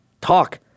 talk